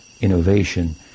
innovation